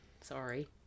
Sorry